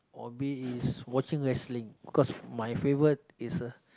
hobby is watching wrestling because my favourite is uh